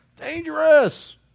Dangerous